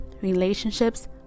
relationships